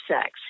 Sex